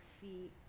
feet